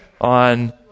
on